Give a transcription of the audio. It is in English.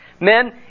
Men